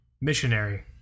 missionary